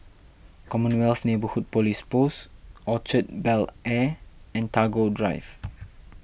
Commonwealth Neighbourhood Police Post Orchard Bel Air and Tagore Drive